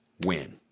win